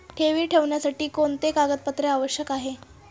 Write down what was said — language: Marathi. ठेवी ठेवण्यासाठी कोणते कागदपत्रे आवश्यक आहे?